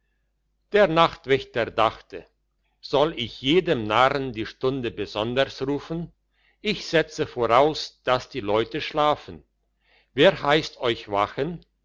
der nachtwächter dachte soll ich jedem narren die stunde besonders rufen ich setze voraus dass die leute schlafen wer heisst euch wachen